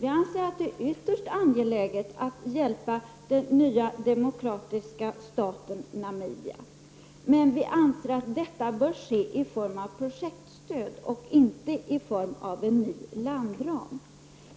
Vi anser att det är ytterst angeläget att hjälpa den nya demokratiska staten Namibia, men vi anser att detta bör ske i form av projektstöd, inte i form av en ny landram.